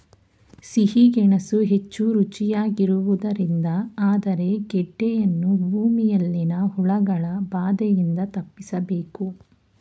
ಸಿಹಿ ಗೆಣಸು ಹೆಚ್ಚು ರುಚಿಯಾಗಿರುವುದರಿಂದ ಆದರೆ ಗೆಡ್ಡೆಯನ್ನು ಭೂಮಿಯಲ್ಲಿನ ಹುಳಗಳ ಬಾಧೆಯಿಂದ ತಪ್ಪಿಸಬೇಕು